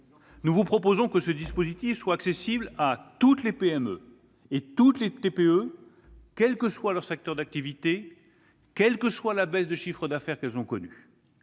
mois et que ce dispositif soit accessible à toutes les PME et toutes les TPE, quel que soit leur secteur d'activité et quelle que soit la baisse de chiffre d'affaires qu'elles ont connue.